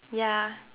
ya